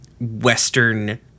Western